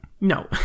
No